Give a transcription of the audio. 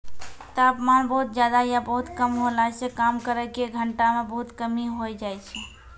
तापमान बहुत ज्यादा या बहुत कम होला सॅ काम करै के घंटा म बहुत कमी होय जाय छै